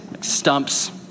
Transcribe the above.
stumps